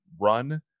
run